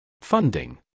Funding